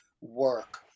work